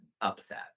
upset